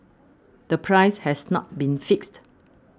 the price has not been fixed